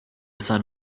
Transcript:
sun